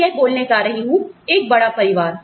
मैं यह बोलने जा रही हूं एक बड़ा परिवार